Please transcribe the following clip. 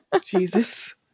Jesus